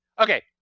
Okay